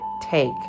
take